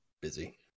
busy